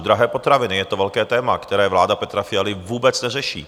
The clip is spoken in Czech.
Drahé potraviny je to velké téma, které vláda Petra Fialy vůbec neřeší.